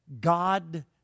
God